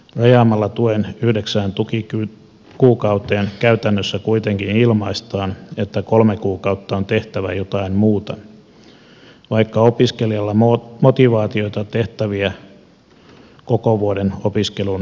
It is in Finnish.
rajaamalla tuen yhdeksään tukikuukauteen käytännössä kuitenkin ilmaistaan että kolme kuukautta on tehtävä jotain muuta vaikka opiskelijalla motivaatiota ja tehtäviä koko vuoden opiskeluun riittäisikin